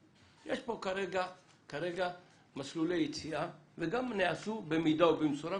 כרגע מסלולי יציאה וגם הם נעשו במידה ובמשורה.